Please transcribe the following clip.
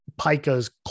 pika's